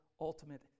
ultimate